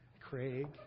Craig